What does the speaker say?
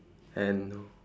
and